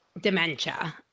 dementia